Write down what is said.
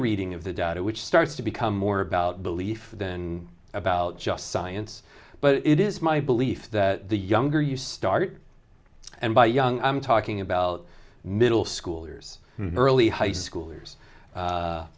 reading of the data which starts to become more about belief than about just science but it is my belief that the younger you start and by young i'm talking about middle schoolers early high schoolers